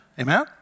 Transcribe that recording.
amen